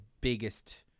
biggest